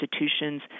institutions